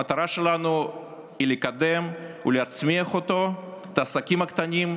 המטרה שלנו היא לקדם ולהצמיח אותו ואת העסקים הקטנים,